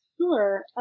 Sure